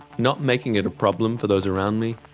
not making it a problem for those around me,